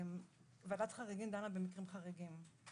ועדת חריגים דנה במקרים חריגים.